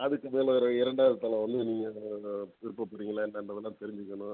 அதுக்கு தான் நான் இரண்டாவது தளம் வந்து நீங்ள் எழுப்ப போகிறீங்களா என்னன்றதுலாம் தெரிஞ்சிக்கணும்